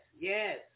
yes